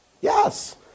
Yes